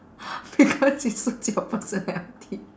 because it suits your personality